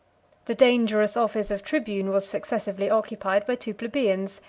the dangerous office of tribune was successively occupied by two plebeians,